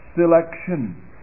selection